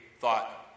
thought